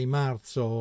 marzo